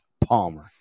Palmer